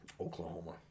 Oklahoma